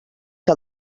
que